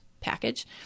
package